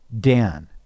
Dan